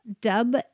Dub